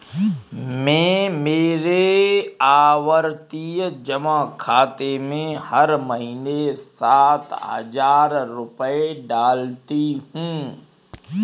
मैं मेरे आवर्ती जमा खाते में हर महीने सात हजार रुपए डालती हूँ